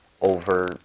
over